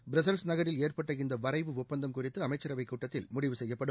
Brussels நகரில் ஏற்பட்ட இந்த வரைவு ஒப்பந்தம் குறித்து அமைச்சரவைக் கூட்டத்தில் முடிவு செய்யப்படும்